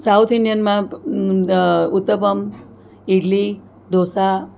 south ઇંડિયનમાં ઉત્તપમ ઇડલી ઢોંસા